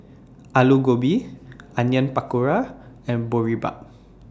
Alu Gobi Onion Pakora and Boribap